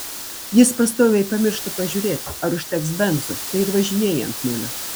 jis pastoviai pamiršta pažiūrėt ar užteks benzo tai ir važinėja ant nulio